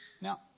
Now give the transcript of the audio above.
Now